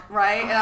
right